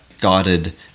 guided